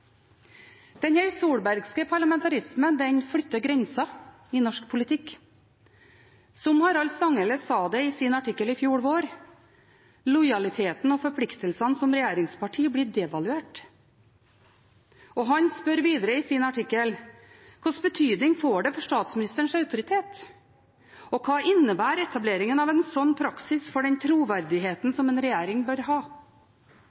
den måten kan f.eks. statsråd Listhaug få fortsette en retorikk som er både splittende og uklok, uten at noen andre i regjeringen tar ansvar for det. Denne solbergske parlamentarismen flytter grenser i norsk politikk. Som Harald Stanghelle sa det i sin artikkel i fjor vår: «Lojaliteten og forpliktelsene som regjeringsparti er devaluert.» Han spør videre i sin artikkel: «Hvilken betydning får det for statsministerens